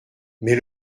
mais